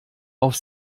auf